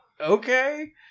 okay